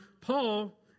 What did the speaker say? Paul